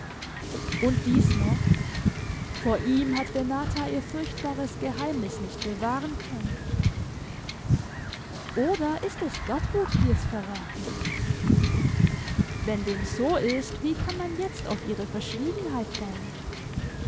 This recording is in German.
und dies noch vor ihm hat renata ihr furchtbares geheimnis nicht bewahren können oder ist es gertrud die es verraten hat wenn dem so ist wie kann man jetzt auf ihre verschwiegenheit bauen